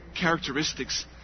characteristics